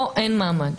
פה אין מעמד.